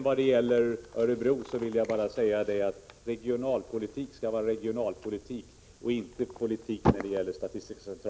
Vad gäller Örebro vill jag bara säga att regionalpolitik skall vara regionalpolitik och inte SCB-politik.